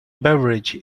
beveridge